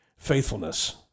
Faithfulness